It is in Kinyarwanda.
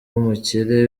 w’umukire